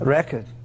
Record